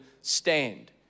stand